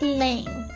lane